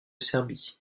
serbie